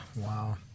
wow